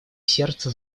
сердце